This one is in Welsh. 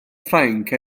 ffrainc